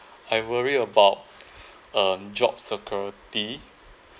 I worry about um job security